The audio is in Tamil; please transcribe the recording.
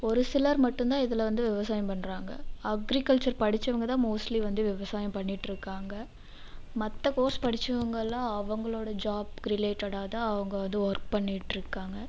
ஒரு சிலர் மட்டும்தான் இதில் வந்து விவசாயம் பண்ணுறாங்க அக்ரிக்கல்ச்சர் படிச்சவங்க தான் மோஸ்ட்லி வந்து விவசாயம் பண்ணிகிட்டு இருக்காங்க மற்ற கோர்ஸ் படிச்சவங்கள் எல்லாம் அவங்களோட ஜாப் ரிலேட்டட்டாக தான் அவங்க வந்து ஒர்க் பண்ணிட்டு இருக்காங்க